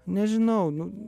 nežinau nu